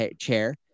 chair